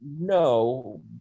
no